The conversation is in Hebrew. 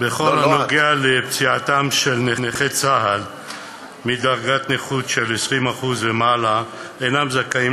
נכי צה"ל מדרגת נכות של 20% ומעלה אינם זכאים